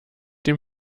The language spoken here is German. dem